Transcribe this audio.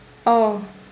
oh